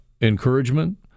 encouragement